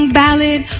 ballad